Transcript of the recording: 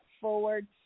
forward